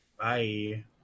Bye